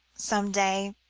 some day